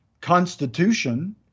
constitution